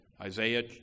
Isaiah